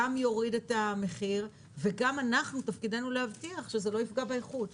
גם יוריד את המחיר וגם אנחנו תפקידנו להבטיח שזה לא יפגע באיכות.